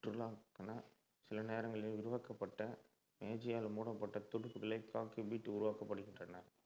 சுற்றுலாக்கான சில நேரங்களில் விரிவாக்கப்பட்ட மேஜையால் மூடப்பட்ட துடுப்புகளை காக்பிட் உருவாக்கப்படுகின்றன